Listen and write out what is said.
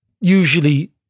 Usually